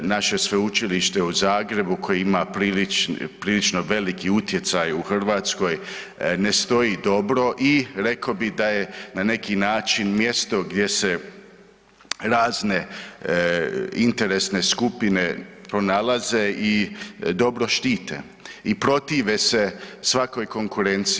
Naše Sveučilište u Zagrebu koje ima prilično veliki utjecaj u Hrvatskoj ne stoji dobro i rekao bih da je na neki način, mjesto gdje se razne interesne skupine pronalaze i dobro štite i protive se svakoj konkurenciji.